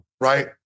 Right